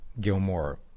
Gilmore